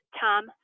Tom